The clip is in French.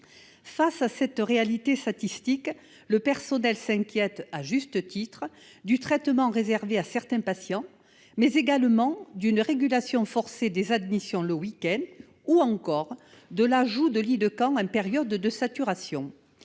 Face à cette réalité statistique, le personnel s'inquiète à juste titre du traitement réservé à certains patients, mais également d'une régulation forcée des admissions le week-end, ou encore de l'ajout de lits de camp en période de saturation.